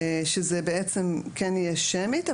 שזה בעצם כן יהיה שמית,